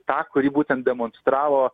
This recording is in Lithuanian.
tą kurį būtent demonstravo